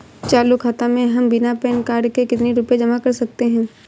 चालू खाता में हम बिना पैन कार्ड के कितनी रूपए जमा कर सकते हैं?